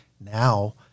Now